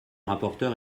rapporteur